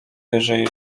wyżej